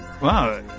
Wow